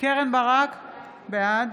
קרן ברק, בעד